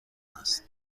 است